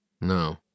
No